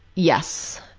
yes.